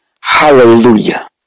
Hallelujah